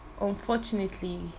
unfortunately